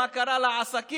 מה קרה לעסקים,